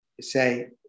say